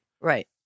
Right